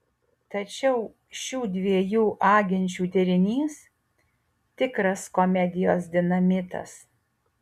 tačiau šių dviejų agenčių derinys tikras komedijos dinamitas